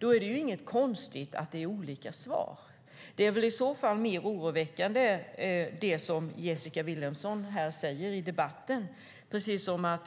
Då är det inget konstigt att det är olika svar. Det Jessika Vilhelmsson säger i debatten är väl mer oroväckande.